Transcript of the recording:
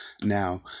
Now